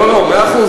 מאה אחוז.